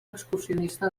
excursionista